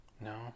No